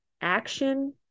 action